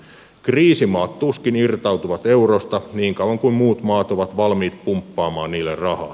kriisimaat tuskin irtautuvat eurosta niin kauan kuin muut maat ovat valmiit pumppaamaan niille rahaa